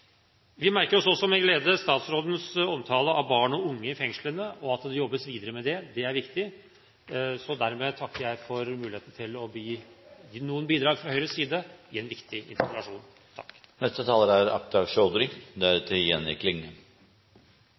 Vi merker oss også med glede statsrådens omtale av barn og unge i fengslene, og er glad for at det jobbes videre med det. Det er viktig. Dermed takker jeg for muligheten til å gi noen bidrag fra Høyres side i en viktig